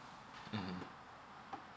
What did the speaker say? mmhmm